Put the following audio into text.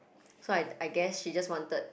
so I I guess she just wanted